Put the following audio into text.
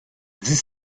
dix